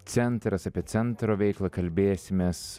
centras apie centro veiklą kalbėsimės